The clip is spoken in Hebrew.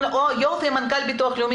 יופי, מנכ"ל הביטוח הלאומי